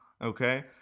okay